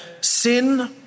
sin